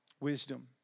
wisdom